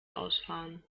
ausfahren